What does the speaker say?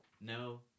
No